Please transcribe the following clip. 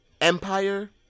Empire